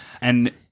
And-